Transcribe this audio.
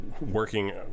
working